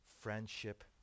Friendship